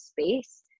space